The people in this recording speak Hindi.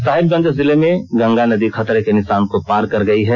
साहिबगंज जिले में गंगा नदी खतरे के निशान को पार कर गई है